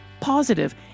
positive